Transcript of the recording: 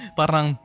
parang